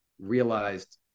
realized